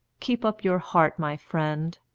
keep up your heart, my friend,